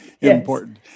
important